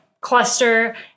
cluster